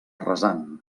rasant